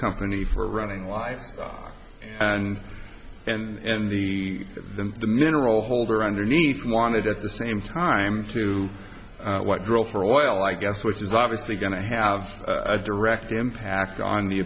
company for running livestock and and the mineral holder underneath wanted at the same time to what drill for oil i guess which is obviously going to have a direct impact on the